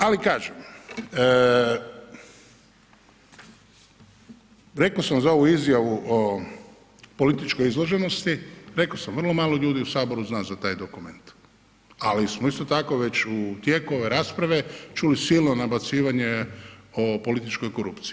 Ali, kažem, rekao sam za ovu izjavu o političkoj izloženosti, rekao sam, vrlo malo ljudi u Saboru zna za taj dokument, ali smo isto tako već u tijeku ove rasprave čuli silno nabacivanje o političkoj korupciji.